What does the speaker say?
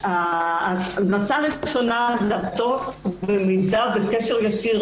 ההמלצה הראשונה היא להעביר מידע בקשר ישיר